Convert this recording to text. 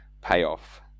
payoff